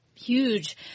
huge